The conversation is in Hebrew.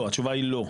לא, התשובה היא לא.